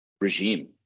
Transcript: Regime